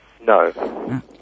No